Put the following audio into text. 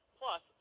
plus